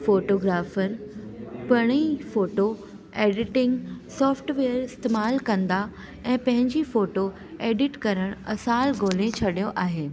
photographer पाणेई photo editing software इस्तेमालु कंदा ऐं पैंजी फ़ोटो एडिट करणु असल ॻोल्हे छॾियो आहे